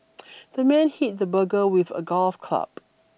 the man hit the burglar with a golf club